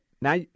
now